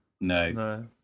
no